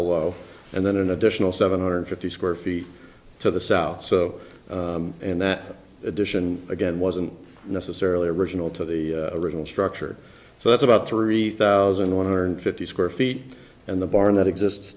below and then an additional seven hundred fifty square feet to the south so in that addition again wasn't necessarily original to the original structure so that's about three thousand one hundred fifty square feet and the barn that exists